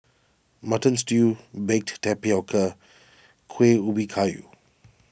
Mutton Stew Baked Tapioca Kueh Ubi Kayu